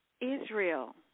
Israel